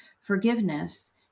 forgiveness